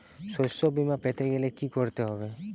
শষ্যবীমা পেতে গেলে কি করতে হবে?